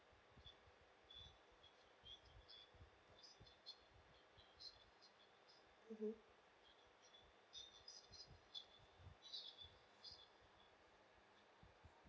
mm